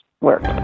work